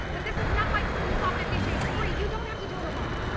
but this is not like when you saw fifty shades freed. you don't have to do it alone.